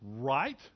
right